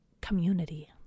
community